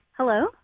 Hello